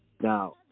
Now